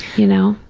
you know.